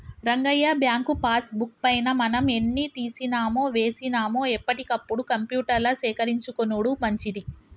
Rangayya bank passbook పైన మనం ఎన్ని తీసినామో వేసినాము ఎప్పటికప్పుడు కంప్యూటర్ల సేకరించుకొనుడు మంచిది